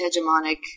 hegemonic